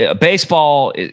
baseball